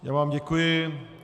Já vám děkuji.